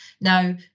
Now